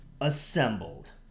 assembled